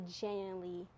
genuinely